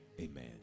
amen